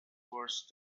worse